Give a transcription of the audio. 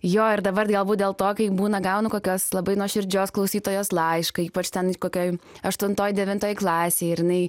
jo ir dabar galbūt dėl to kai būna gaunu kokios labai nuoširdžios klausytojos laišką ypač ten kokioj aštuntoj devintoj klasėj ir jinai